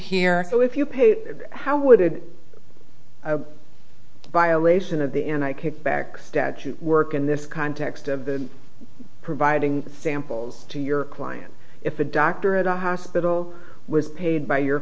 here so if you pay how would violation of the in i could back statute work in this context of the providing samples to your client if a doctor at a hospital was paid by your